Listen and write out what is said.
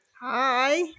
Hi